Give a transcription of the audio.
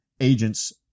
Agents